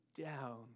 down